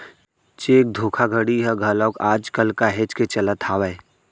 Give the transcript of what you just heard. cheque धोखाघड़ी ह घलोक आज कल काहेच के चलत हावय